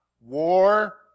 War